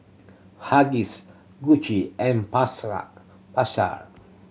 Huggies Gucci and Pasar